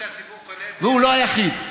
והוא לא היחיד.